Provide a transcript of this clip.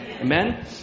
Amen